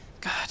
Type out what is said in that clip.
God